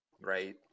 right